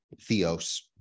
theos